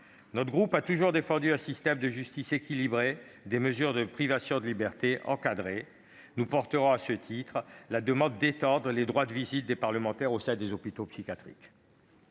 Notre groupe a toujours défendu un système de justice équilibré et des mesures de privation de libertés encadrées. C'est pourquoi nous demanderons que soient étendus les droits de visite des parlementaires au sein des hôpitaux psychiatriques.